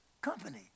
company